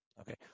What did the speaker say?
Okay